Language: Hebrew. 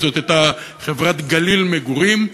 זאת הייתה חברת "גליל מגורים".